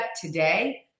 today